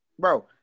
Bro